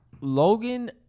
Logan